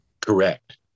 Correct